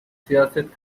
siyaset